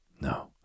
no